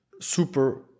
super